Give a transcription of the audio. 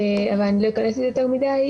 אבל אני לא אכנס לזה יותר מדי.